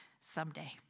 Someday